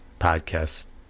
podcast